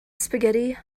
spaghetti